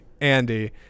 Andy